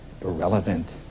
irrelevant